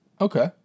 Okay